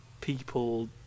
people